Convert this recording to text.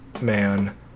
man